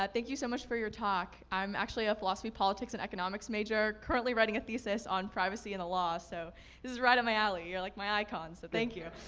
ah thank you so much for your talk. i'm actually a philosophy, politics, and economics major, currently writing a thesis on privacy and the law, so this is right up my alley. you're like my icon, so thank you.